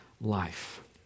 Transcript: life